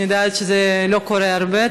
אני יודעת שזה לא קורה הרבה.